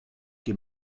ket